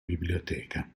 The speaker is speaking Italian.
biblioteca